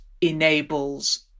enables